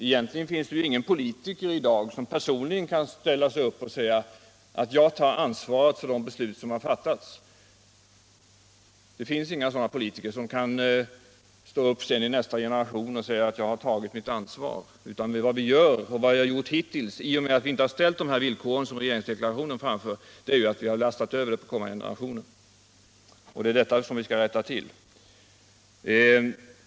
Det finns ingen politiker i dag som kan ställa sig upp och säga att ”jag tar ansvaret för de beslut som har fattats” — och sedan stå upp i nästa generation och säga att ”jag har tagit mitt ansvar”. Vad vi har gjort hittills, i och med att vi inte har | ställt dessa villkor som regeringsdeklarationen anger, är ju att vi har flyttat över ansvaret på kommande generationer, och det är detta som | vi skall rätta till.